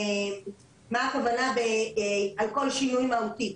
מה הכוונה במילים על כל שינוי מהותי?